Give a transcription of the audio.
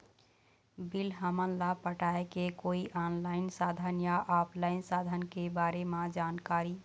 Bill हमन ला पटाए के कोई ऑनलाइन साधन या ऑफलाइन साधन के बारे मे जानकारी?